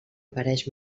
apareix